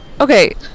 Okay